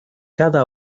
cada